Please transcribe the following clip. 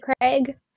Craig